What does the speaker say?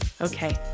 Okay